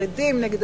חרדים נגד